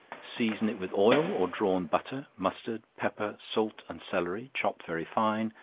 season it with oil, or drawn butter, mustard, pepper, salt, and celery, chopped very fine,